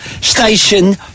station